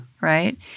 right